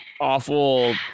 awful